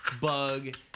bug